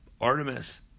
Artemis